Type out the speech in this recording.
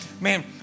Man